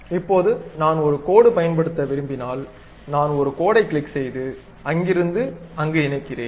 இப்போது நான் ஒரு கோடு பயன்படுத்த விரும்பினால் நான் ஒரு கோடைக் கிளிக் செய்து அங்கிருந்து அங்கு இணைக்கிறேன்